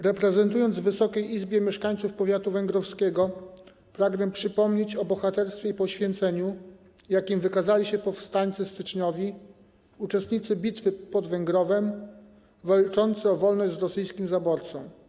Reprezentując w Wysokiej Izbie mieszkańców powiatu węgrowskiego, pragnę przypomnieć o bohaterstwie i poświęceniu, jakim wykazali się powstańcy styczniowi, uczestnicy bitwy pod Węgrowem, walczący o wolność z rosyjskim zaborcą.